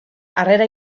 harrera